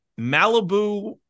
Malibu